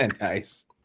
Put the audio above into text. Nice